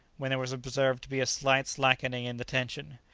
when there was observed to be a slight slackening in the tension.